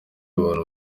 abantu